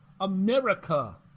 America